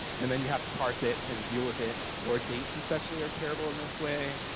and then you have to parse it and deal with it or dates especially are terrible in this way.